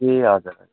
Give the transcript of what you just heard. ए हजुर हजुर